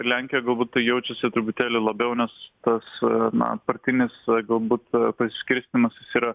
ir lenkijoje galbūt tai jaučiasi truputėlį labiau nes tas na partinis galbūt pasiskirstymas jis yra